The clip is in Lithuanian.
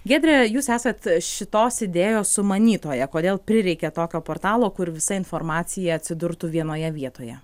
giedre jūs esat šitos idėjos sumanytoja kodėl prireikė tokio portalo kur visa informacija atsidurtų vienoje vietoje